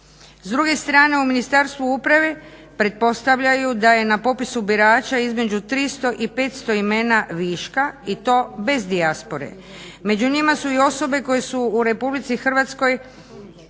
S druge strane u Ministarstvu uprave pretpostavljaju da je na popisu birača između 300 i 500 imena viška i to bez dijaspore. Među njima su i osobe koje u RH nisu nikada